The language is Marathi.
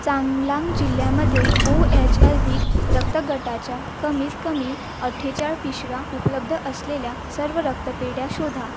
चांगलांग जिल्ह्यामध्ये ओएच अल्दिक रक्तगटाच्या कमीत कमी अठ्ठेचाळ पिशव्या उपलब्ध असलेल्या सर्व रक्तपेढ्या शोधा